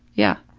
yeah.